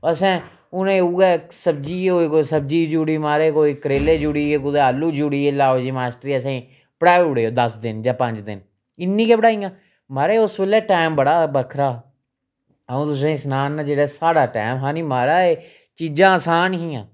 असें उ'नेंगी उयै सब्ज़ी होई कोई सब्जी जुड़ी महाराज कोई करेले जुड़ी गे कुदै आलू जुड़ी गे लैओ जी मास्टर जी असें गी पढ़ाई उड़ेओ दस दिन जां पंज दिन इन्नी गै पढ़ाइयां महाराज उस बेल्लै टैम बड़ा हा बक्खरा हा अ'ऊं तुसेंगी सनान ना जेह्ड़ा साढ़ा टैम हा न महाराज चीज़ां असान हियां